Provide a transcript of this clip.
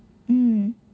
mm